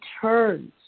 turns